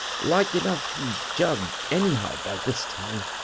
like enough he's jugged anyhow by this time,